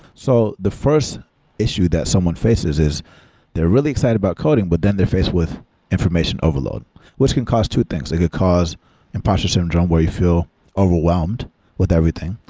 so, the first issue that someone faces is they're really excited about coding, but then they're faced with information overload which can cause two things. it could cause imposter syndrome, where you feel overwhelmed with everything.